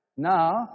Now